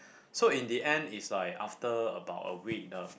so in the end is like after about a week the